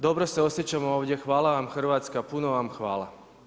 Dobro se osjećam ovdje, hvala vam Hrvatska, puno vam hvala.